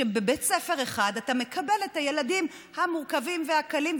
שבבית ספר אחד אתה מקבל את הילדים המורכבים והקלים,